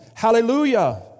Hallelujah